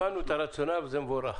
הבנו את הרציונל וזה מבורך.